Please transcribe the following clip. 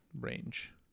range